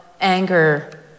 anger